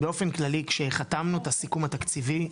באופן כללי כשחתמנו את הסיכום הקציבי,